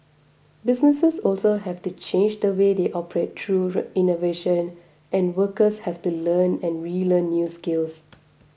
businesses also have to change the way they operate through innovation and workers have to learn and relearn new skills